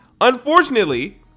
Unfortunately